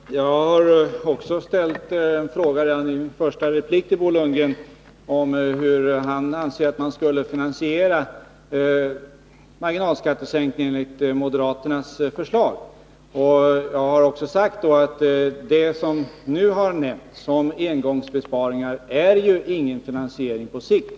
Fru talman! Jag har också ställt en fråga. Redan i min första replik frågade jag Bo Lundgren hur han anser att man skulle finansiera marginalskattesänkningen enligt moderaternas förslag. Jag har också sagt att det som nu har nämnts om engångsbesparingar inte betyder någon finansiering på sikt.